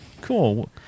Cool